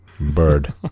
bird